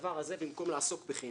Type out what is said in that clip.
בדבר הזה במקום לעסוק בחינוך.